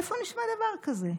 איפה נשמע דבר כזה?